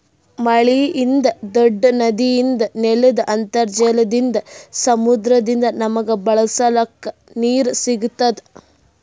ಮಳಿಯಿಂದ್, ದೂಡ್ಡ ನದಿಯಿಂದ್, ನೆಲ್ದ್ ಅಂತರ್ಜಲದಿಂದ್, ಸಮುದ್ರದಿಂದ್ ನಮಗ್ ಬಳಸಕ್ ನೀರ್ ಸಿಗತ್ತದ್